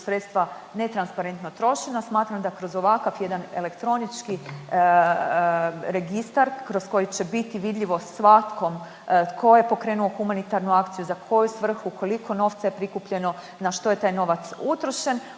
sredstva netransparentno trošena smatram da kroz ovakav jedan elektronički registar kroz koji će biti vidljivo svakom tko je pokrenuo humanitarnu akciju, za koju svrhu, koliko novca je prikupljeno, na što je taj novac utrošen.